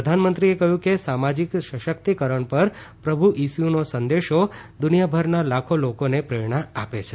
પ્રધાનમંત્રીએ કહ્યું કે સામાજિક સશક્તિકરણ પર પ્રભ્ ઈસુનો સંદેશો દુનિયાભરના લાખો લોકોને પ્રેરણા આપે છે